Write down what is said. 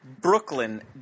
Brooklyn